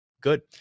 good